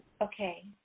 Okay